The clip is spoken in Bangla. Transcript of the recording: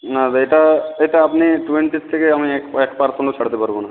না দা এটা এটা আপনি টোয়েন্টির থেকে আমি এক এক পারসেন্টও ছাড়তে পারবো না